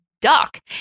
duck